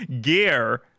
Gear